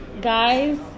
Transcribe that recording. guys